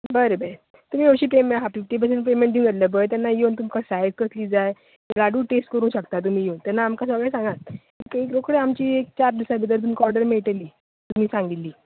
बरें बरें तुमी अशीत येव हा पळय फिफ्टी परसेंन्ट पॅमेन्ट दिवंक येतले पळय तेन्ना येवन तुमका सायज कसली जाय लाडू टेस्ट करूं शकता तुमी येवन तेन्ना आमका सगळे सांगात रोखडी आमची एक चार दिसां भितर तुमका ऑर्डर मेळटली तुमी सांगिल्ली